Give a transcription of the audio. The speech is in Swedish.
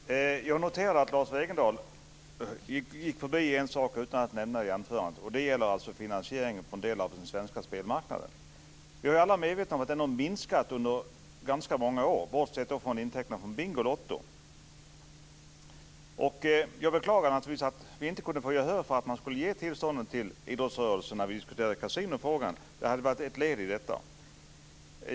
Fru talman! Jag noterade att Lars Wegendal gick förbi en sak utan att nämna de i anförandet. Det gäller finansieringen från en del av den svenska spelmarknaden. Vi är alla medvetna om att den har minskat under ganska många år, bortsett från intäkterna från Bingolotto. Jag beklagar naturligtvis att vi inte kunde få gehör för att man skulle ge tillståndet till idrottsrörelsen när vi diskuterade kasinofrågan. Det hade varit ett led i detta.